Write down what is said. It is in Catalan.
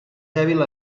dèbil